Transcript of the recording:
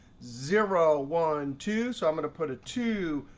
zero, one, two. so i'm going to put it two,